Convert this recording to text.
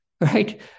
right